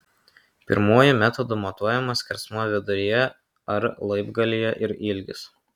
pirmuoju metodu matuojamas skersmuo viduryje ar laibgalyje ir ilgis